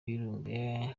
y’ibirunga